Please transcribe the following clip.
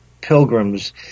pilgrims